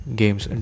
games